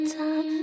time